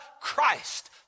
Christ